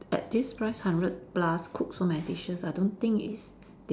at this price hundred plus cook so many dishes I don't think is